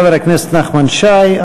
חבר הכנסת נחמן שי,